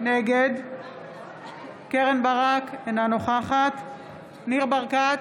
נגד קרן ברק, אינה נוכחת ניר ברקת,